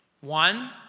One